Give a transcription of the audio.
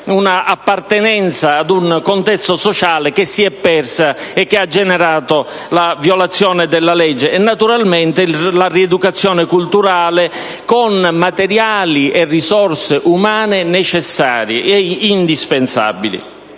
un'appartenenza a un contesto sociale che si è persa e che ha generato la violazione della legge. Naturalmente, è importante la rieducazione culturale con materiali e risorse umane necessarie e indispensabili.